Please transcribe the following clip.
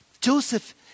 Joseph